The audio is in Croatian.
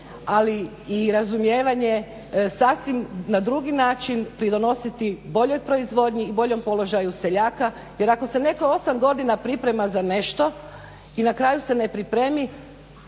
ali i razumijevanje sasvim na drugi način pridonositi boljoj proizvodnji i boljem položaju seljaka jer ako se netko osam godina priprema za nešto i na kraju se ne pripremi